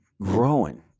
growing